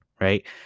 right